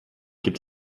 gibt